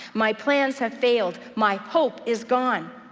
my plans have failed. my hope is gone.